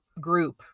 group